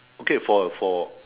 okay for for